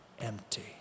empty